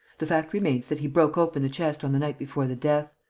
the fact remains that he broke open the chest on the night before the death.